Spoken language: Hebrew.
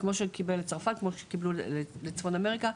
כמו שקיבלו לצרפת, כמו שקיבלו לצפון אמריקה.